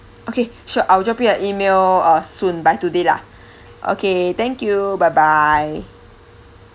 okay sure I will drop you a email uh soon by today lah okay thank you bye bye